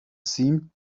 seemed